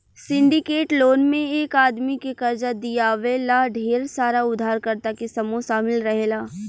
syndicate loan में एक आदमी के कर्जा दिवावे ला ढेर सारा उधारकर्ता के समूह शामिल रहेला